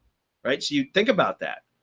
right? so you think about that.